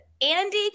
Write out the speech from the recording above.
Andy